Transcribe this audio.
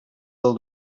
del